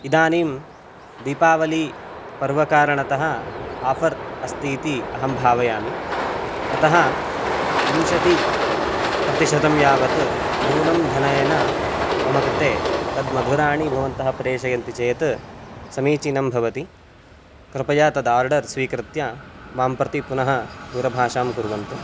इदानीं दीपावलिपर्वकारणतः आफ़र् अस्ति इति अहं भावयामि अतः विंशतिप्रतिशतं यावत् न्यूनं धनेन मम कृते तद् मधुराणि भवन्तः प्रेषयन्ति चेत् समीचीनं भवति कृपया तद् आर्डर् स्वीकृत्य मां प्रति पुनः दूरभाषां कुर्वन्तु